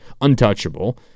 untouchable